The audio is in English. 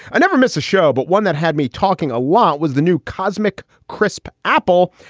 i never miss a show, but one that had me talking a lot was the new cosmic crisp apple.